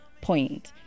point